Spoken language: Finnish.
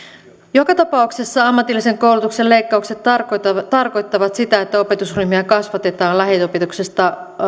joka tapauksessa ammatillisen koulutuksen leikkaukset tarkoittavat tarkoittavat sitä että opetusryhmiä kasvatetaan lähiopetuksesta